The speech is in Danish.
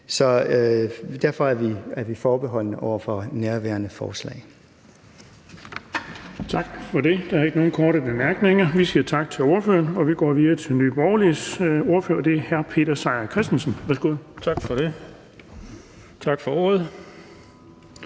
Derfor er vi forbeholdne over for nærværende forslag.